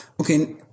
Okay